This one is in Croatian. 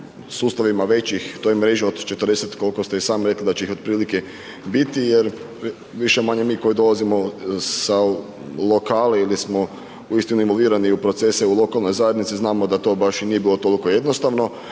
sustavima većih, to je mreža od 40, koliko ste i sami rekli da će ih otprilike biti jer više-manje mi koji dolazimo sa lokali ili smo uistinu imulirani u procese u lokalnoj zajednici znamo da to baš i nije bilo tolko jednostavno,